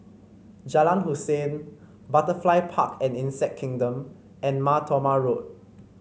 Jalan Hussein Butterfly Park and Insect Kingdom and Mar Thoma Road